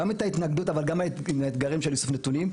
גם את ההתנגדות אבל גם את האתגרים של איסוף נתונים.